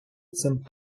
цим